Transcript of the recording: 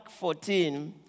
14